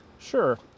Sure